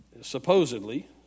supposedly